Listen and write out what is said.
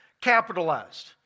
capitalized